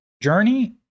Journey